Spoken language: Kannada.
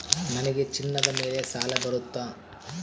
ನನಗೆ ಚಿನ್ನದ ಮೇಲೆ ಸಾಲ ಬರುತ್ತಾ?